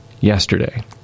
Yesterday